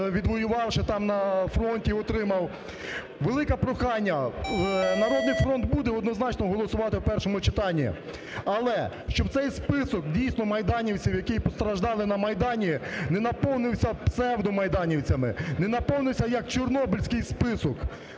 відвоювавши, там, на фронті, отримав. Велике прохання. "Народний фронт" буде однозначно голосувати в першому читанні. Але, щоб цей список, дійсно, майданівців, які постраждали на Майдані, не наповнився псевдомайданівцями, не наповнився, як чорнобильський список,